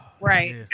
Right